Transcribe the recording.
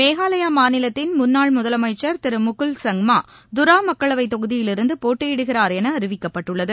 மேகாலாயா மாநிலத்தின் முன்னாள் முதலமைச்சர் திரு முகுல் சங்மா தரா மக்களவை தொகுதியிலிருந்து போட்டியிடுகிறார் என அறிவிக்கப்பட்டுள்ளது